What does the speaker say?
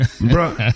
bro